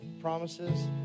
promises